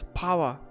power